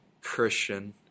Christian